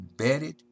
embedded